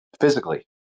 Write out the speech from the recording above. physically